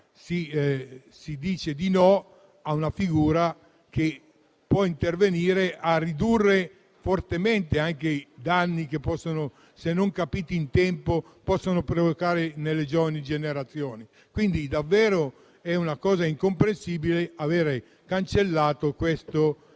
si dice di no a una figura che può intervenire a ridurre fortemente i danni che, se non capiti in tempo, si possono provocare nelle giovani generazioni. È davvero una cosa incomprensibile aver cancellato questo punto